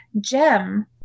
gem